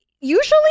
Usually